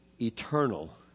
Eternal